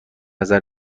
نظر